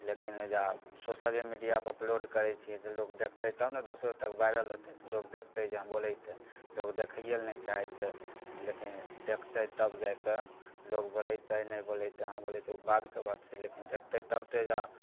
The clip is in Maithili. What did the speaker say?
लेकिन अइजा सोशले मीडिआपर अपलोड करै छिए जे लोक देखतै तब ने दोसरो तक वाइरल होतै तऽ लोक देखतै जे हँ बोलै छै लोक देखैएले नहि चाहै छै लेकिन देखतै तब जाके लोक बोलैतै नहि बोलैतै कहाँ बोलैतै ओ बादके बात छिए लेकिन देखतै तब तऽ अइजा